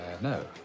No